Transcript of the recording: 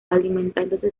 alimentándose